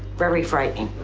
very frightening.